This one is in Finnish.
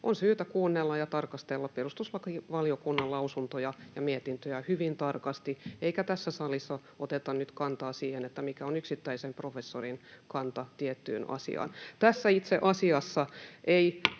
On syytä kuunnella ja tarkastella perustuslakivaliokunnan lausuntoja ja mietintöjä hyvin tarkasti, eikä tässä salissa oteta nyt kantaa siihen, että mikä on yksittäisen professorin kanta tiettyyn asiaan.